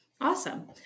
Awesome